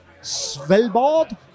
Svelbard